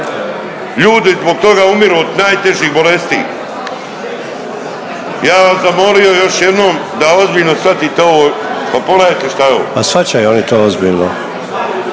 ljudi zbog toga umiru od najtežih bolesti. Ja bi vas zamolio još jednom da ozbiljno shvatite ovo, pa pogledajte šta je ovo…